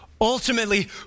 Ultimately